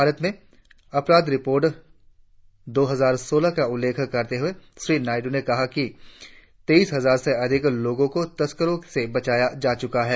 भारत में अपराध रिपोर्ट दो हजार सोलह का उल्लेख करते हुए श्री नायडू ने कहा कि तेईस हजार से अधिक लोगों को तस्करों से बचाया जा चूका है